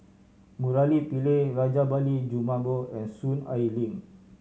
Murali Pillai Rajabali Jumabhoy and Soon Ai Ling